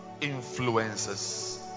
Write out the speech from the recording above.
influences